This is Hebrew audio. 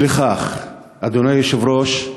אי לכך, אדוני היושב-ראש,